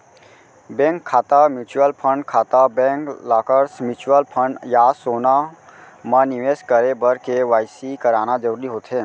bank खाता, mutual fund खाता, bank lockers, mutual fund या सोना म निवेस करे बर के.वाई.सी कराना जरूरी होथे